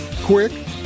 quick